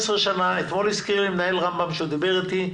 אתמול הזכיר לי מנהל רמב"ם שהוא דיבר אתי,